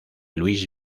luis